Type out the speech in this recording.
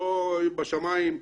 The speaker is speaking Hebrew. לא בשמים.